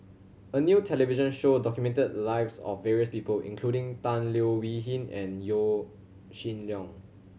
a new television show documented the lives of various people including Tan Leo Wee Hin and Yaw Shin Leong